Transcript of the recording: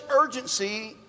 urgency